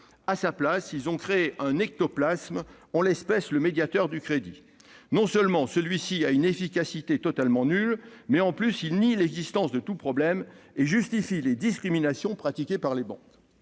À la place, ils ont créé un ectoplasme, à savoir le médiateur du crédit. En effet, non seulement ce dernier a une efficacité totalement nulle, mais il nie l'existence de tout problème et justifie les discriminations pratiquées par les banques.